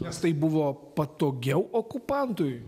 nes taip buvo patogiau okupantui